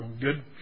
Good